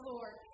Lord